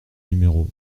numéros